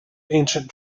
ancient